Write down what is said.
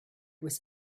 was